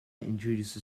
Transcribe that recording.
introduced